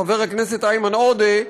חבר הכנסת איימן עודה,